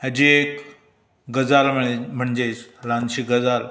हाजी एक गजाल म्हळे म्हणजेच ल्हानशीं गजाल